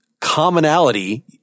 commonality –